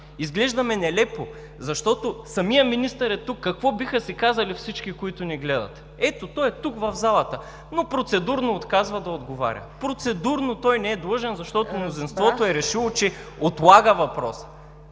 Изглеждаме нелепо, защото самият министър е тук, какво биха си казали всички, които ни гледат? Ето, той е тук, в залата, но процедурно отказва да отговаря. Процедурно той не е длъжен, защото мнозинството е решило, че…